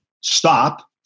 stop